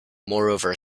moreover